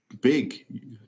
big